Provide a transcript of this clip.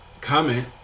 comment